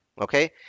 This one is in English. okay